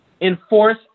enforce